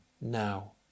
now